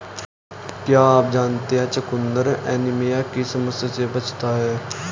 क्या आप जानते है चुकंदर एनीमिया की समस्या से बचाता है?